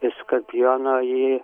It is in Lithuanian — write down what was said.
iš skorpiono į